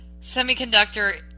semiconductor